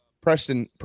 Preston